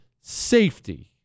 Safety